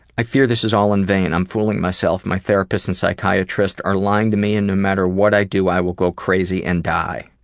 i fear this is all in vain. i'm fooling myself. my therapist and psychiatrist are lying to me and no matter what i do i will go crazy and die.